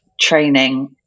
training